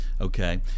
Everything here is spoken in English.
Okay